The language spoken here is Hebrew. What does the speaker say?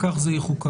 כך זה יחוקק.